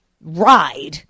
ride